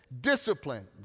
discipline